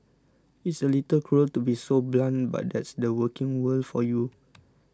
it's a little cruel to be so blunt but that's the working world for you